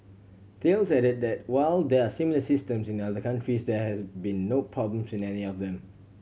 Thales added that while there are similar systems in other countries there has been no problems in any of them